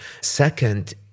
Second